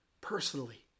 personally